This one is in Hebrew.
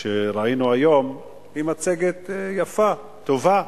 שראינו היום, היא מצגת יפה, טובה,